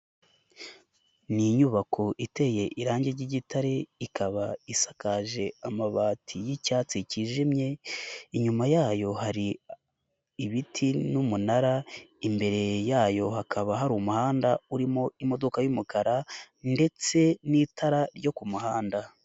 Ni inyubako iteye irangi ry'igitare ikaba isakaje amabati y'icyatsi cyijimye , inyuma yayo hari ibiti n'umunara, imbere yayo hakaba hari umuhanda urimo imodoka y'umukara, ndetse n'itara ryo ku muhanda.